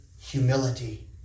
humility